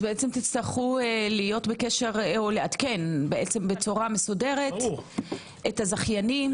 בעצם תצטרכו לעדכן בצורה מסודרת את הזכיינים,